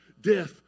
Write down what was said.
death